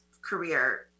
career